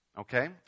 Okay